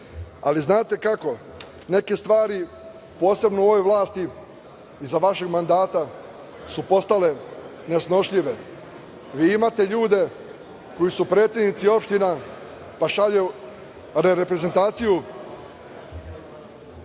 ali znate kako, neke stvari posebno u ovoj vlasti za vašeg mandata su postale nesnošljive. Vi imate ljude koji su predsednici opština pa šalju reprezentaciju....